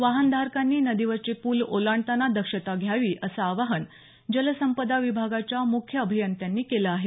वाहनधारकांनी नदीवरचे पुल ओलांडतांना दक्षता घ्यावी असं आवाहन जलसंपदा विभागाच्या मुख्य अभियंत्यांनी केलं आहे